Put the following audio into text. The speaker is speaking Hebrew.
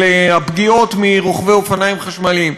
הפגיעות מרוכבי אופניים חשמליים.